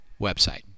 website